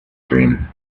dream